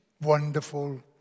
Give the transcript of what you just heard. wonderful